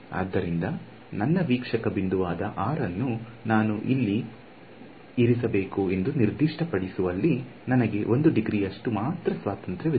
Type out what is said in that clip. ಆದ್ದರಿಂದ ನನ್ನ ವೀಕ್ಷಕ ಬಿಂದುವಾದ R ಅನ್ನು ನಾನು ಎಲ್ಲಿ ಇರಿಸಬೇಕುಎಂದು ನಿರ್ದಿಷ್ಟಪಡಿಸುವಲ್ಲಿ ನನಗೆ 1 ಡಿಗ್ರಿ ಅಷ್ಟು ಮಾತ್ರ ಸ್ವಾತಂತ್ರ್ಯವಿದೆ